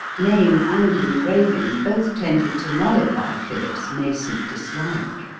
name and engraving both tended to mollify philip's nascent dislike.